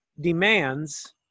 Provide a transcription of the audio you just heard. demands